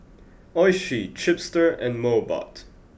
Oishi Chipster and Mobot